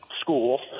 school